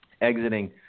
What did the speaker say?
exiting